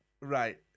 Right